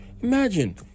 Imagine